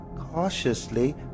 cautiously